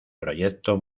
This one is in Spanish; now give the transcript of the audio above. proyecto